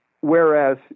Whereas